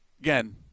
again